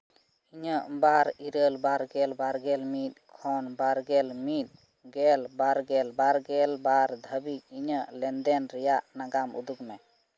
ᱤᱧᱟᱹᱜ ᱵᱟᱨ ᱤᱨᱟᱹᱞ ᱵᱟᱨᱜᱮᱞ ᱢᱤᱫ ᱠᱷᱚᱱ ᱵᱟᱨᱜᱮᱞ ᱢᱤᱫ ᱜᱮᱞ ᱵᱟᱨᱜᱮᱞ ᱵᱟᱨᱜᱮᱞ ᱵᱟᱨ ᱫᱷᱟᱹᱵᱤᱡ ᱤᱧᱟᱹᱜ ᱞᱮᱱᱫᱮᱱ ᱨᱮᱭᱟᱜ ᱱᱟᱜᱟᱢ ᱩᱫᱩᱜᱽ ᱢᱮ